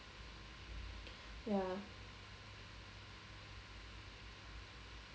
ya